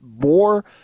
more